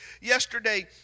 yesterday